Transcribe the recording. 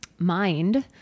Mind